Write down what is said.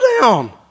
down